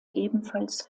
ebenfalls